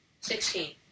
sixteen